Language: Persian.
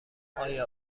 آیا